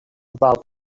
about